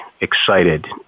excited